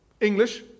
English